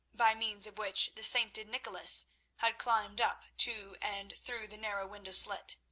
by means of which the sainted nicholas had climbed up to and through the narrow window slit.